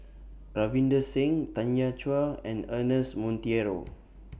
Ravinder Singh Tanya Chua and Ernest Monteiro